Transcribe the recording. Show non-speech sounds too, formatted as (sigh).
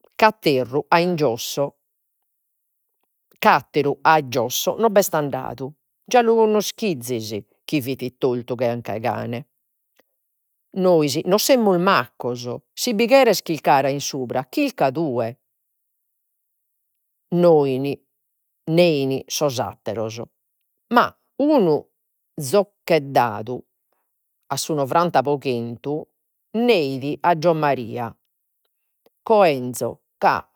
(hesitation) a in giosso, ca atteru a giosso no b'est andadu. Già lu connoschiazis chi fit tortu che anca 'e cane. Nois non semus maccos. Si bi cheres chircare a in subra chirca tue (hesitation) nein sos atteros. Ma unu zoccheddadu a su nonanta pro chentu neit a Giommaria (hesitation) 'enzo, ca cun